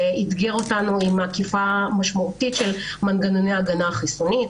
שאתגר אותנו עם עקיפה משמעותית של מנגנוני ההגנה החיסונית.